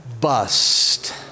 bust